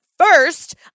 First